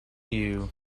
you